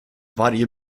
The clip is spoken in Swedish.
varje